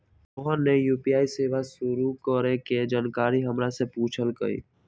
रोहन ने यू.पी.आई सेवा शुरू करे के जानकारी हमरा से पूछल कई